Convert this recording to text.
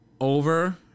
over